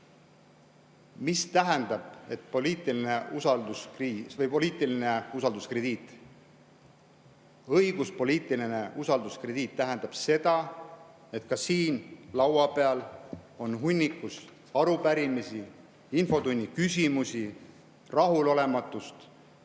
Mida tähendab poliitiline usalduskrediit? Õiguspoliitiline usalduskrediit tähendab seda. Ka siin laua peal on hunnikus arupärimisi, infotunnis küsimusi, on rahulolematust,